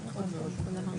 נכון.